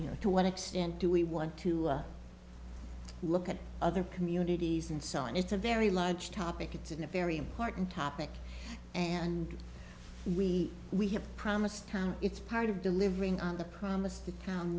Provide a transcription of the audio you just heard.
you know to what extent do we want to look at other communities and so on it's a very large topic it's in a very important topic and we we have promised time it's part of delivering on the promise to town